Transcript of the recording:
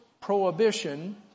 prohibition